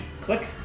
Click